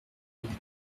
mille